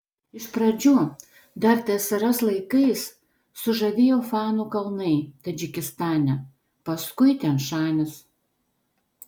iš pradžių dar tsrs laikais sužavėjo fanų kalnai tadžikistane paskui tian šanis